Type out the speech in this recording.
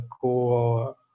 cool